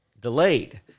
delayed